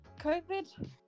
covid